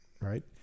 Right